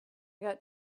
got